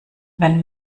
wenn